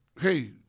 hey